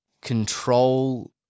control